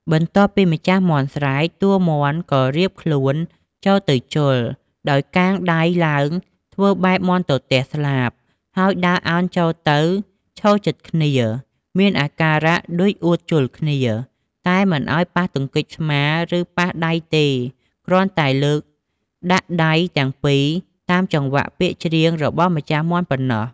បន្ទាប់ពីម្ចាស់មាន់ស្រែក តួមាន់ក៏រៀបខ្លួនចូលទៅជល់ដោយកាងដៃឡើងធ្វើបែបមាន់ទទះស្លាប ហើយដើរឱនចូលទៅឈរជិតគ្នា មានអាការៈដូចអួតជល់គ្នា តែមិនឱ្យប៉ះទង្គិចស្មា ឬប៉ះដៃទេ គ្រាន់តែលើកដាក់ដៃទាំងពីរ តាមចង្វាក់ពាក្យច្រៀងរបស់ម្ចាស់មាន់ប៉ុណ្ណោះ។